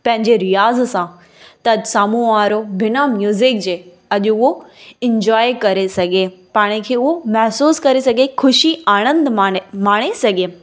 पंहिंजी रियाज़ सां त साम्हूं वारो बिना म्यूजिक जे अॼु उहो इंजॉय करे सघे पाण खे उहो महिसूसु करे सघे ख़ुशी आणंद माने माणे सघे